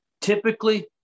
typically